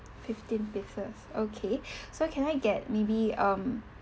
fifteen pieces okay so can I get maybe um